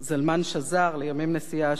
לימים נשיאה השלישי של ישראל,